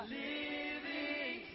living